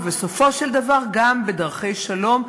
ובסופו של דבר גם בדרכי שלום,